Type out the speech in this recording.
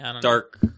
dark